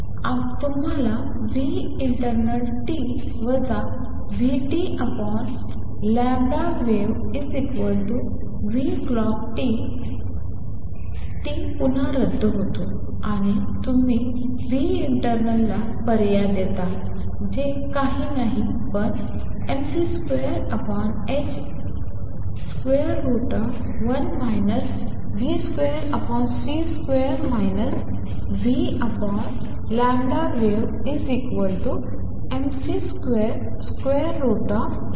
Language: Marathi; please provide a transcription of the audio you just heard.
तर तुम्हाला internalt vtwave clockt t पुन्हा रद्द होते आणि तुम्ही internal ला पर्याय देता जे काही नाही पण mc2h1 v2c2 vwavemc21 v2c2h